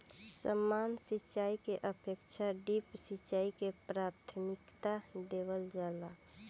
सामान्य सिंचाई के अपेक्षा ड्रिप सिंचाई के प्राथमिकता देवल जाला